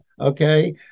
Okay